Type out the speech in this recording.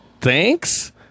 Thanks